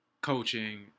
coaching